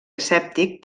escèptic